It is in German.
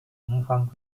umfang